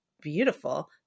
beautiful